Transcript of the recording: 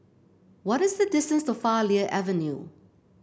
what is the distance to Farleigh Avenue